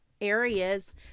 areas